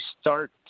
start